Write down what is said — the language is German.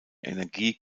energie